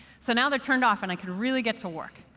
so now they're turned off and i can really get to work.